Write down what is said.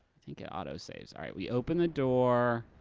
think it autosaves. alright, we open the door.